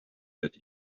that